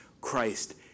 Christ